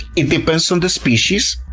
it depends on the species.